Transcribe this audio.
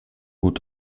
gut